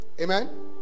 Amen